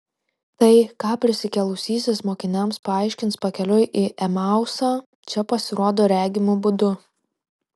tai ką prisikėlusysis mokiniams paaiškins pakeliui į emausą čia pasirodo regimu būdu